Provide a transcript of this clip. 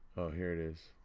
here it is,